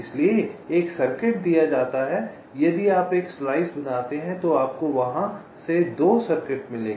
इसलिए एक सर्किट दिया जाता है यदि आप एक स्लाइस बनाते हैं तो आपको वहां से 2 सर्किट मिलेंगे